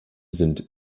sind